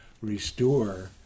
restore